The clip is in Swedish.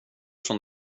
som